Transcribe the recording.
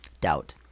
Doubt